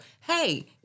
hey